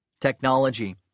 Technology